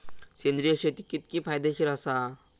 सेंद्रिय शेती कितकी फायदेशीर आसा?